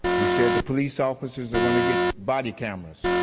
you said the police officers are going to get body cameras.